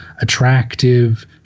attractive